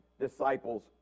disciples